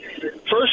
First